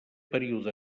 període